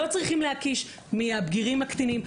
לא צריכים להקיש מהבגירים לקטינים.